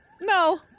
No